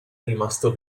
rimasto